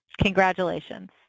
Congratulations